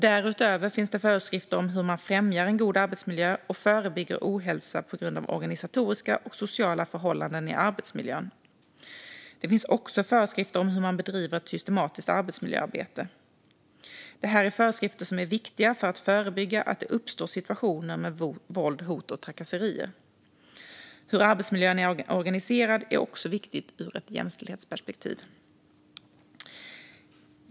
Därutöver finns det föreskrifter om hur man främjar en god arbetsmiljö och förebygger ohälsa på grund av organisatoriska och sociala förhållanden i arbetsmiljön . Det finns också föreskrifter om hur man bedriver ett systematiskt arbetsmiljöarbete . Det här är föreskrifter som är viktiga för att förebygga att det uppstår situationer med våld, hot och trakasserier. Hur arbetsmiljön är organiserad är också viktigt ur ett jämställdhetsperspektiv.